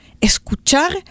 escuchar